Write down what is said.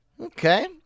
Okay